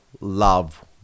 love